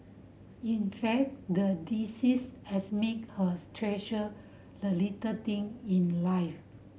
in fact the disease has made hers treasure the little thing in life